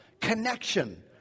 connection